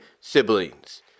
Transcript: siblings